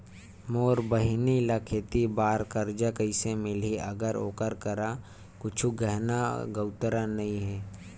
मोर बहिनी ला खेती बार कर्जा कइसे मिलहि, अगर ओकर करा कुछु गहना गउतरा नइ हे?